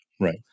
Right